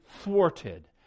thwarted